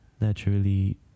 Naturally